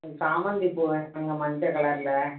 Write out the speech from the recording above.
சாமந்தி பூ வேணும்ங்க மஞ்சள் கலரில்